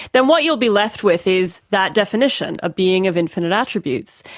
then what you'll be left with is that definition, a being of infinite attributes.